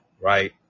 Right